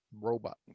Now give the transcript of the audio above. robot